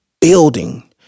building